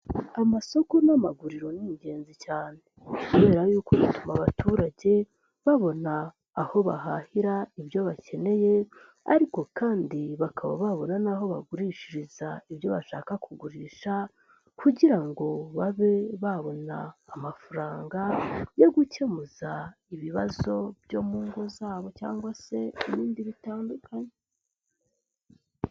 Amasoko n'amaguriro ni ingenzi cyane, kubera yuko bituma abaturage babona aho bahahira ibyo bakeneye, ariko kandi bakaba babura n'aho bagurishiriza ibyo bashaka kugurisha kugira ngo babe babona amafaranga, yo gukemu ibibazo byo mu ngo zabo, cyangwa se ibindi bitandukanye.